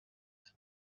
them